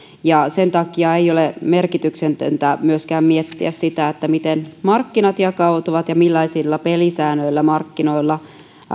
sen takia ei ole merkityksetöntä miettiä myöskään sitä miten markkinat jakautuvat ja millaisilla pelisäännöillä markkinoilla